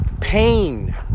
pain